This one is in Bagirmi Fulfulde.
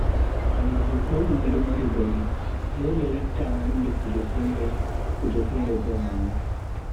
Andugo kodume do mari bone, dole latta a anda kujeji fere, kuje fere bo a andata.